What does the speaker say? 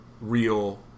real